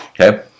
okay